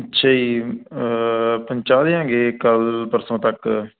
ਅੱਛਾ ਜੀ ਪਹੁੰਚਾ ਦਿਆਂਗੇ ਕੱਲ੍ਹ ਪਰਸੋਂ ਤੱਕ